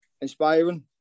inspiring